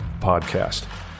Podcast